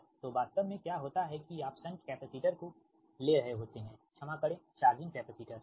तो वास्तव में क्या होता है कि आप शंट कैपेसिटर को ले रहे होते है क्षमा करें चार्जिंग कैपेंसिटर ठीक